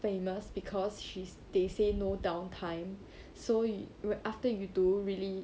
famous because she's they say no downtime so wi~ after you do really